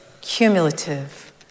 cumulative